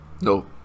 No